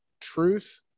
truth